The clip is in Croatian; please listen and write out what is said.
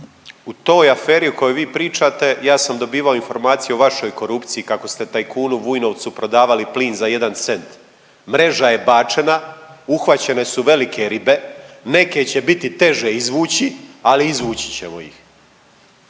u toj aferi o kojoj vi pričate ja sam dobivao informacije o vašoj korupciji kako ste tajkunu Vujnovcu prodavali plin za jedan cent. Mreža je bačena, uhvaćene su velike ribe, neke će biti teže izvući, ali izvući ćemo ih.